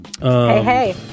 Hey